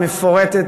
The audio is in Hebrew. מפורטת,